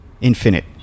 Infinite